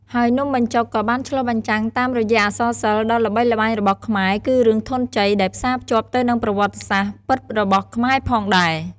ហើយនំបញ្ចុកក៏បានឆ្លុះបញ្ចាំងតាមរយៈអក្សរសិល្ប៏ដ៏ល្បីល្បាញរបស់ខ្មែរគឺរឿងធន់ជ័យដែលផ្សាភ្ជាប់ទៅនិងប្រវត្តិសាស្ត្រពិតរបស់ខ្មែរផងដែរ។